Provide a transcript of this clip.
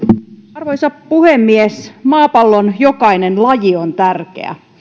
arvoisa puhemies maapallon jokainen laji on tärkeä